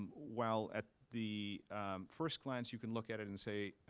um while at the first glance, you can look at it and say,